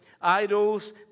Idols